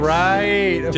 right